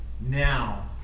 now